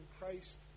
Christ